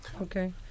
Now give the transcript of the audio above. Okay